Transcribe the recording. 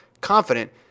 confident